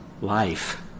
life